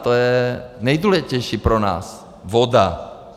To je nejdůležitější pro nás voda.